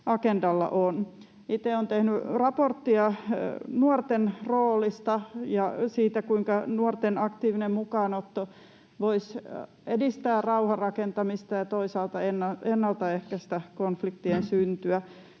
agendalla on. Itse olen tehnyt raporttia nuorten roolista ja siitä, kuinka nuorten aktiivinen mukaanotto voisi edistää rauhanrakentamista ja toisaalta ennaltaehkäistä konfliktien syntyä.